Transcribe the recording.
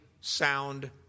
sound